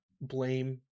blame